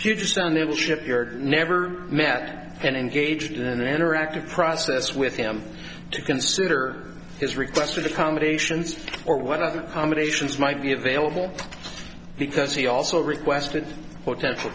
future senate will ship you're never met and engaged and enter active process with him to consider his requested accommodations or what other combinations might be available because he also requested potential